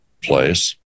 place